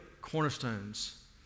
cornerstones